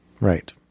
Right